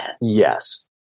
Yes